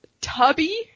Tubby